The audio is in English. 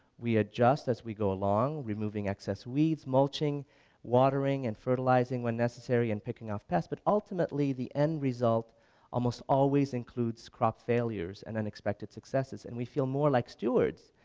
we adjust as we go along removing excess weeds, mulching watering and fertilizing when necessary and picking off pests but ultimately the end result almost always includes crop failures, and unexpected successes. and we feel more like stewards,